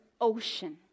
ocean